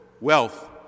wealth